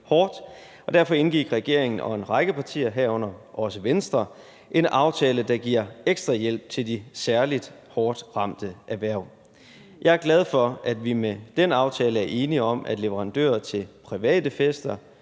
derfor indgik regeringen og en række partier, herunder Venstre, en aftale, der giver ekstra hjælp til de særlig hårdt ramte erhverv. Jeg er glad for, at vi med den aftale er enige om, at leverandører til private fester